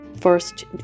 first